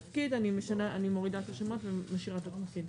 התניה של תחילת החוק על ידי כל מיני הצעות חוק פרטיות אחרות.